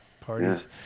Parties